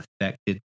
affected